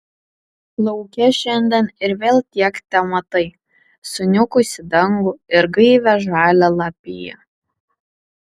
lauke šiandien ir vėl tiek tematei suniukusį dangų ir gaivią žalią lapiją